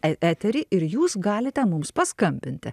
e eterį ir jūs galite mums paskambinti